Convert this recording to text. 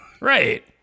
Right